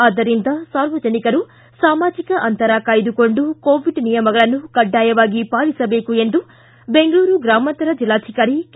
ಆದ್ದರಿಂದ ಸಾರ್ವಜನಿಕರು ಸಾಮಾಜಿಕ ಅಂತರ ಕಾಯ್ದುಕೊಂಡು ಕೊವಿಡ್ ನಿಯಮಗಳನ್ನು ಕಡ್ಡಾಯವಾಗಿ ಪಾಲಿಸಬೇಕು ಎಂದು ಬೆಂಗಳೂರು ಗ್ರಾಮಾಂತರ ಜಿಲ್ಲಾಧಿಕಾರಿ ಕೆ